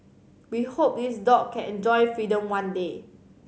we hope this dog can enjoy freedom one day